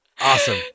awesome